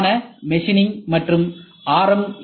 வழக்கமான மெஷினிங் மற்றும் ஆர்